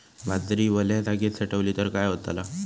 बाजरी वल्या जागेत साठवली तर काय होताला?